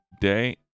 day